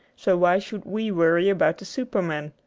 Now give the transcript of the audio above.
so why should we worry about the superman?